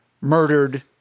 murdered